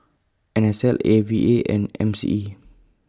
N S L A V A and M C E